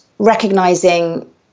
Recognizing